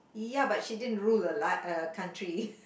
ya but she didn't rule a la~ a country